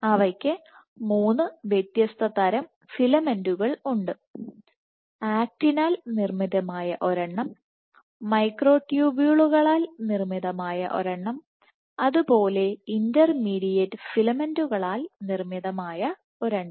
അവയ്ക്ക് 3 വ്യത്യസ്ത തരം ഫിലമെന്റുകൾ ഉണ്ട് ആക്റ്റിനാൽ നിർമ്മിതമായ ഒരെണ്ണം മൈക്രോട്യൂബ്യുളുകളാൽ നിർമിതമായ ഒരെണ്ണം അതുപോലെ ഇന്റർമീഡിയറ്റ് ഫിലമെന്റുകളാൽ നിർമ്മിതമായ ഒരെണ്ണം